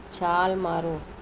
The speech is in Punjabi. ਛਾਲ ਮਾਰੋ